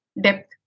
depth